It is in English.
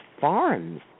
farms